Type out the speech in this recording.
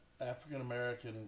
African-American